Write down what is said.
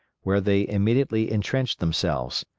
where they immediately intrenched themselves.